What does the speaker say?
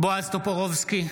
בועז טופורובסקי,